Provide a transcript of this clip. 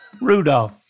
Rudolph